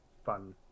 fun